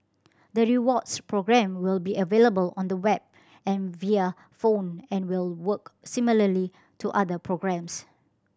the rewards program will be available on the web and via phone and will work similarly to other programs